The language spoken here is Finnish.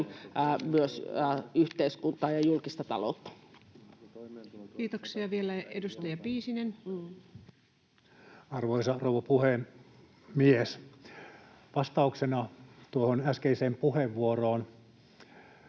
myös yhteiskuntaa ja julkista taloutta. Kiitoksia. — Vielä edustaja Piisinen. Arvoisa rouva puhemies! Vastauksena tuohon äskeiseen puheenvuoroon: